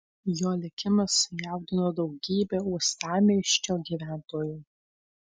jo likimas sujaudino daugybę uostamiesčio gyventojų